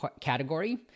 category